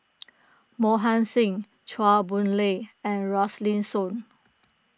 Mohan Singh Chua Boon Lay and Rosaline Soon